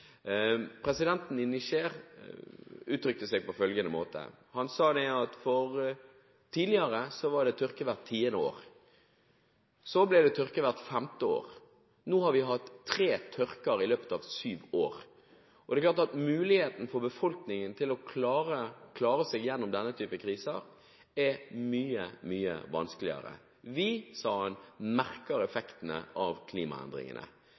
Presidenten i Niger uttrykte seg på følgende måte: Han sa at tidligere var det tørke hvert tiende år, så ble det tørke hvert femte år, og nå har de hatt tre tørkeperioder i løpet av syv år. Det er klart at muligheten for befolkningen til å klare seg gjennom denne typen kriser, er mye, mye vanskeligere. Vi merker effektene av klimaendringene,